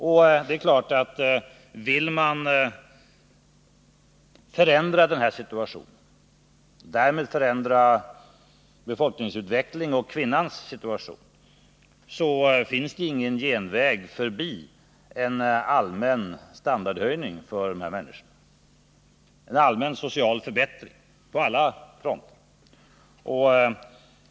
Och det är klart att vill man förändra den här situationen och därmed förändra befolkningsutvecklingen och kvinnans situation, finns det ingen genväg förbi en allmän standardhöjning för de här människorna, en allmän social förbättring på alla fronter.